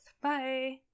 Bye